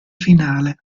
finale